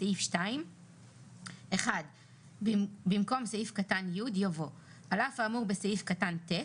בסעיף 2- במקום סעיף קטן (י) יבוא: "על אף האמור בסעיף קטן (ט),